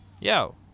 Yo